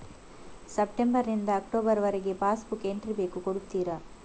September ನಿಂದ October ವರಗೆ passbook entry ಬೇಕು ಕೊಡುತ್ತೀರಾ?